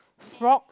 frog